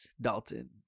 Dalton